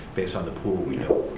based on the pool we